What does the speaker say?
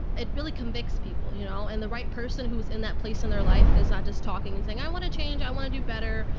it really convicts people, you know, and the right person who was in that place in their life. that's not just talking and saying, i want to change. i want to do better,